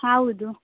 ಹೌದು